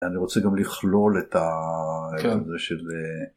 אני רוצה גם לכלול את זה שזה...